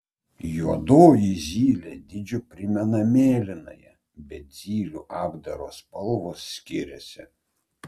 juodoji zylė dydžiu primena mėlynąją bet zylių apdaro spalvos skiriasi